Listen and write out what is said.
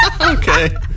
okay